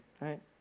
right